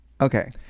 Okay